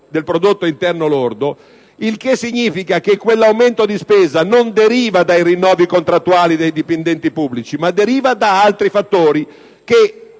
del prodotto interno lordo. Questo significa che quell'aumento di spesa non deriva dai rinnovi contrattuali dei dipendenti pubblici, ma da altri fattori,